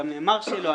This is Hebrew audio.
גם נאמר שלא.